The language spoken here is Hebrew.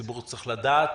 ציבור צריך לדעת,